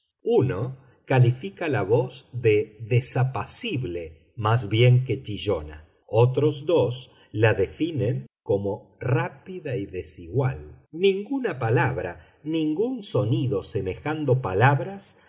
uno califica la voz de desapacible más bien que chillona otros dos la definen como rápida y desigual ninguna palabra ningún sonido semejando palabras